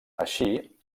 així